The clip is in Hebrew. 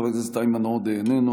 חבר הכנסת איימן עודה איננו,